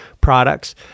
products